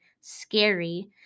scary